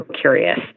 curious